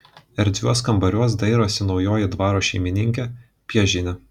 erdviuos kambariuos dairosi naujoji dvaro šeimininkė piežienė